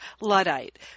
Luddite